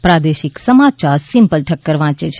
પ્રાદેશિક સમાચાર સિમ્પલ ઠક્કર વાંચે છે